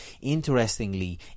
Interestingly